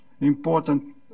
important